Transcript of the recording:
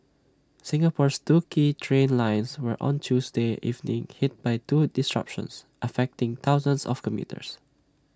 Singapore's two key train lines were on Tuesday evening hit by twin disruptions affecting thousands of commuters